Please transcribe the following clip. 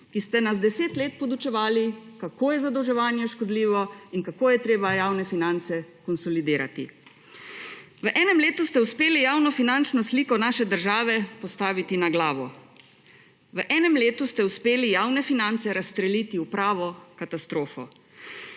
ki ste nas 10 let podučevali, kako je zadolževanje škodljivo in kako je treba javne finance konsolidirati. V enem letu ste uspeli javnofinančno sliko naše države postaviti na glavo. V enem letu ste uspeli javne finance razstreliti v pravo katastrofo.